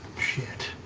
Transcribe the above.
shit